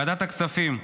ועדת הכספים: